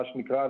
מה שנקרא,